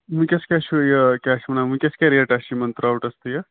وٕنکیٚس کیاہ چھُ یہِ کیاہ چھ ونان ونکیس کیٛاہ ریٹہَ چھِ یمن ترٛاوٹَس تہٕ یتھ